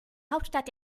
hauptstadt